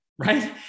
right